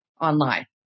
online